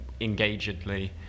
engagedly